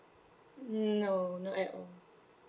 no no at all